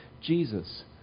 Jesus